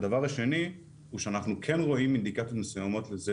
מסוימות לזה שהחברות היום הן גדולות יותר,